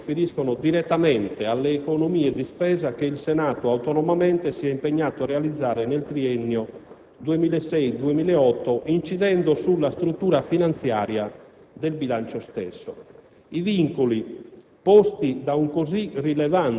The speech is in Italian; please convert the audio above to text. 46 milioni di euro si riferisce direttamente alle economie di spesa che il Senato autonomamente si è impegnato a realizzare nel triennio 2006‑2008, incidendo sulla struttura finanziaria del bilancio stesso.